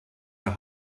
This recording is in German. der